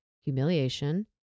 humiliation